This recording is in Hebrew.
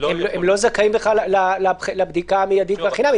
לא זכאים לבדיקה המיידית והחינמית,